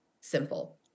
simple